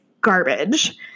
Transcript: garbage